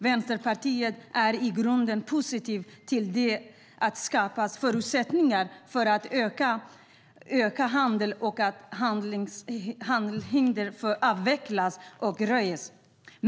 Vänsterpartiet är i grunden positivt till att det skapas förutsättningar för ökad handel och att handelshinder avvecklas.